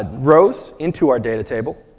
ah rows into our data table.